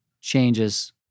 changes